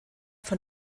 von